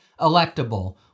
Electable